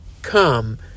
come